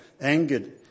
angered